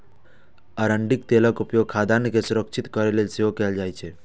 अरंडीक तेलक उपयोग खाद्यान्न के संरक्षित करै लेल सेहो कैल जाइ छै